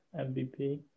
MVP